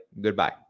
Goodbye